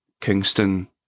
Kingston